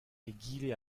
egile